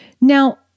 Now